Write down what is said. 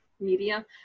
media